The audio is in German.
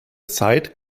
zeit